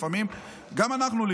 לפעמים גם אנחנו.